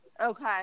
Okay